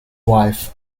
wife